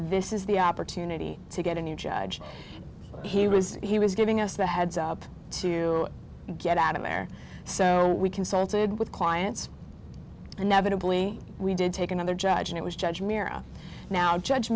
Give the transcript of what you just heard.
this is the opportunity to get a new judge he was he was giving us a heads up to get out of there so we consulted with clients and negatively we did take another judge and it was judge mira now judge